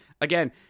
again